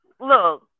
look